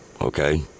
okay